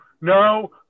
no